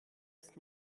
ist